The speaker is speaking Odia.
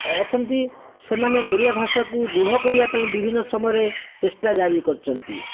ଅଛନ୍ତି ସେମାନେ ଓଡ଼ିଆ ଭାଷାକୁ ଦୃଢ଼ କରିବା ପାଇଁ ବିଭିନ୍ନ ସମୟରେ ଚେଷ୍ଟା ଜାରି କରିଛନ୍ତି